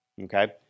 Okay